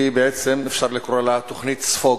בעצם אפשר לקרוא לה "תוכנית ספוג".